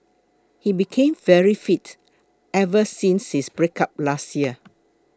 he became very fit ever since his breakup last year